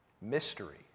mystery